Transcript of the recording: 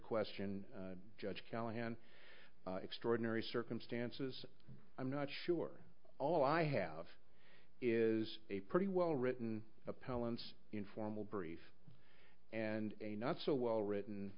question judge callahan extraordinary circumstances i'm not sure all i have is a pretty well written appellants informal brief and a not so well written